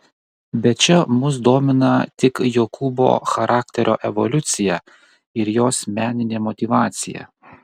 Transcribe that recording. bet čia mus domina tik jokūbo charakterio evoliucija ir jos meninė motyvacija